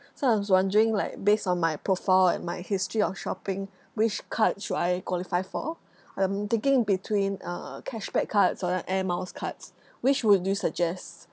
so I was wondering like based on my profile and my history of shopping which card should I qualify for I'm thinking between uh a cashback cards or an air miles cards which would you suggest